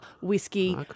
whiskey